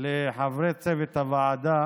לחברי צוות הוועדה